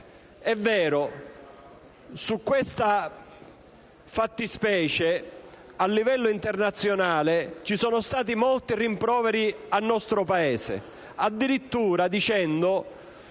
È vero. Su questa fattispecie a livello internazionale ci sono stati molti rimproveri al nostro Paese. Addirittura siamo